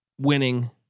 winning